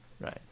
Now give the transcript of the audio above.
right